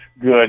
good